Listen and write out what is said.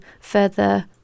further